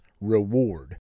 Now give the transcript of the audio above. Reward